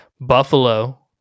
Buffalo